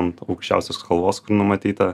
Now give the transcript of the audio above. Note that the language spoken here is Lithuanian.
ant aukščiausios kalvos kur numatyta